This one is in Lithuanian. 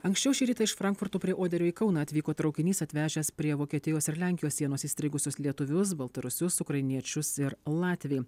anksčiau šį rytą iš frankfurto prie oderio į kauną atvyko traukinys atvežęs prie vokietijos ir lenkijos sienos įstrigusius lietuvius baltarusius ukrainiečius ir latvį